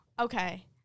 okay